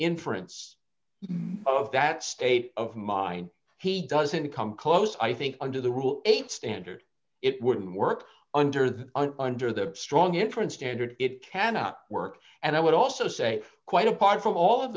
inference of that state of mind he doesn't come close i think under the rule eight standard it wouldn't work under the under the strong inference standard it cannot work and i would also say quite apart from all of